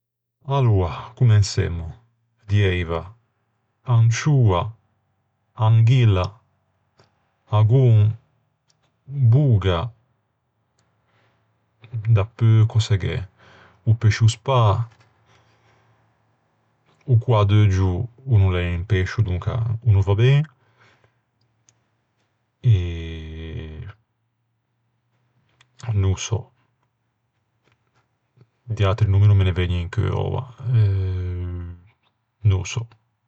Aloa, comensemmo. Dieiva: ancioa, anghilla, agon, boga. Dapeu cöse gh'é... O pescio spâ. O coadeuggio o no l'é un pescio donca o no va ben. No ô sò. Di atri nommi no me ne vëgne in cheu oua. No ô sò.